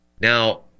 Now